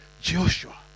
Joshua